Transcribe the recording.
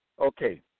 Okay